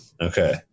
Okay